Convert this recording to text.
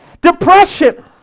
depression